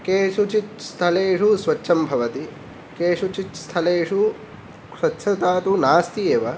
केषुचित् स्थलेषु स्वच्छं भवति केषुचित् स्थलेषु स्वच्छता तु नास्ति एव